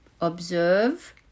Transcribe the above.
observe